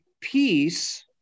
peace